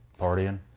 Partying